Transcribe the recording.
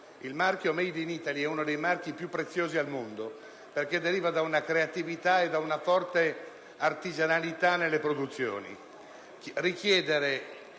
Il marchio *made in Italy* è uno dei più preziosi al mondo, perché deriva da una creatività e da una forte artigianalità nelle produzioni.